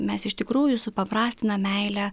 mes iš tikrųjų supaprastinam meilę